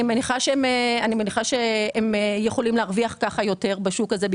אני מניחה שהם יכולים להרוויח יותר בשוק הזה,